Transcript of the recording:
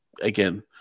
again